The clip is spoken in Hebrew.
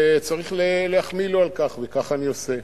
וצריך להחמיא לו על כך, וכך אני עושה.